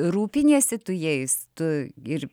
rūpiniesi tu jais tu ir